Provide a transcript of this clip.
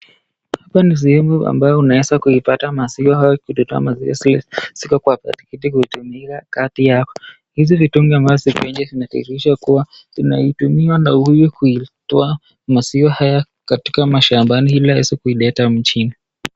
Hapa ni sehemu ambayo unaweza kuipata maziwa kutelewa maziwa zile ziko kwa pakiti kutumika . Hizi mitungi ziko nje zinadhihirisha kuwa zinatumika na huyu kuitoka maziwa haya katika mashambani ili aweze kuileta mjini .